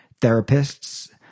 therapists